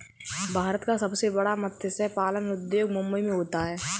भारत का सबसे बड़ा मत्स्य पालन उद्योग मुंबई मैं होता है